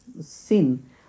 sin